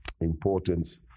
importance